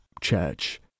church